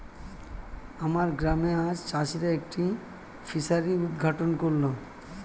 আমার গ্রামে আজ চাষিরা একটি ফিসারি উদ্ঘাটন করল